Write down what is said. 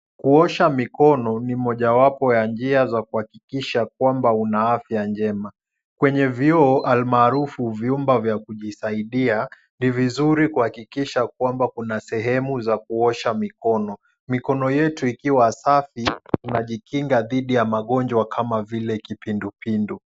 Kuosha mikono ni moja wapo wa njia ya kuakikisha ya kwamba una afya njema. Kwenye vyoo almarufu vyumba vya kujisaidia ni vizuri kuhakikisha kwamba kuna sehemu za kuosha mikono. Mikono yetu ikiwa safi tunajikinga dhidi ya magonjwa kama vile kipindupindu.